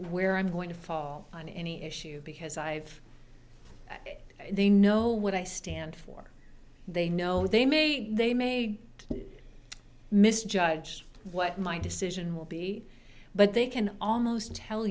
where i'm going to fall on any issue because i've they know what i stand for they know they may they may misjudge what my decision will be but they can almost tell